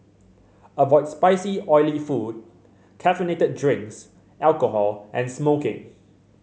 avoid spicy oily food caffeinated drinks alcohol and smoking